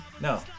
No